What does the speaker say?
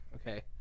okay